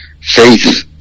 Faith